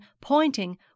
pointing